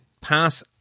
pass